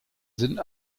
sind